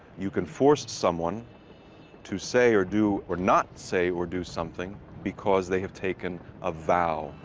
you can force someone to say or do or not say or do something because they have taken a vow.